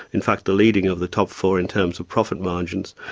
in fact the leading of the top four in terms of profit margins.